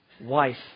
wife